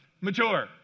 mature